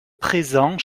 présent